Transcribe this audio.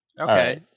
Okay